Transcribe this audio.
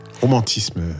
Romantisme